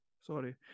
Sorry